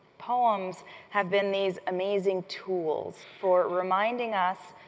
poems have been these amazing tools for reminding us,